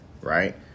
Right